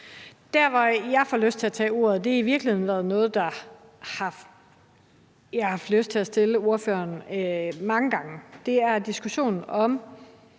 Der, hvor jeg har lyst til at tage ordet, og det har i virkeligheden været noget, jeg har haft lyst til at stille ordføreren spørgsmål om mange gange, er til diskussionen om